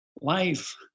life